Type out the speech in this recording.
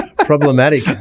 problematic